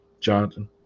Jonathan